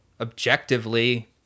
objectively